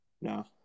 No